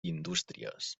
indústries